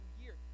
year